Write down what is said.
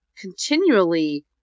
continually